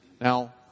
Now